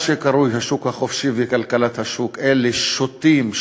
מה שקרוי השוק החופשי וכלכלת השוק, אלה שוטים,